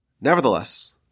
Nevertheless